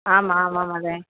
आम् आमां महोदय